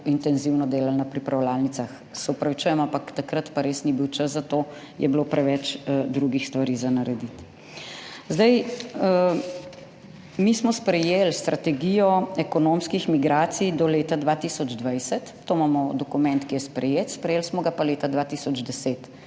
intenzivno delali na pripravljalnicah. Se opravičujem, ampak takrat pa res ni bil čas za to, je bilo preveč drugih stvari za narediti. Mi smo sprejeli strategijo ekonomskih migracij do leta 2020. Imamo dokument, ki je sprejet, sprejeli smo ga pa leta 2010,